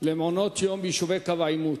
למעונות-יום ביישובי קו העימות.